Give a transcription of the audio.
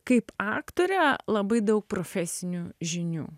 kaip aktorė labai daug profesinių žinių